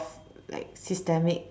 like systemic